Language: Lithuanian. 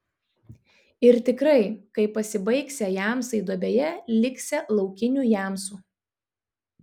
ir tikrai kai pasibaigsią jamsai duobėje liksią laukinių jamsų